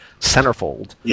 centerfold